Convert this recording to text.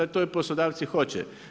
To poslodavci hoće.